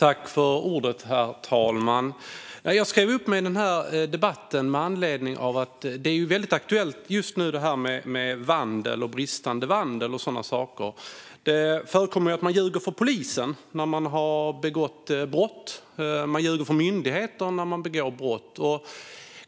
Herr talman! Jag ville delta i debatten med anledning av att det just nu är aktuellt med bristande vandel och sådana saker. Det förekommer att man ljuger för polisen när man har begått brott och att man ljuger för myndigheter när man begår brott.